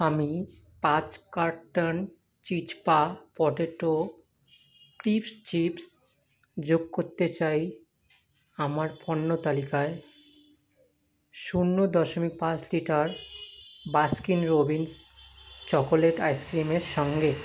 আমি পাঁচ কার্টুন চিজপা পটেটো ক্রিপস চিপস যোগ করতে চাই আমার পণ্য তালিকায় শূন্য দশমিক পাঁচ লিটার বাস্কিন রবিন্স চকোলেট আইসক্রিমের সঙ্গে